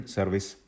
Service